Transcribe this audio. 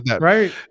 Right